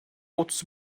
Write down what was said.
otuz